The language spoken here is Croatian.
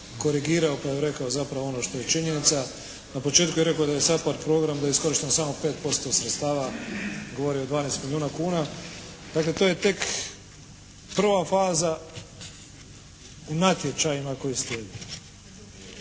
korigirao pa je rekao zapravo ono što je činjenica. Na početku je rekao da je SAPARD program da je iskorišteno samo 5% sredstava. Govorio je o 12 milijuna kuna, dakle to je tek prva faza u natječajima koji slijede.